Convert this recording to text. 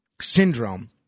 Syndrome